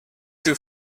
two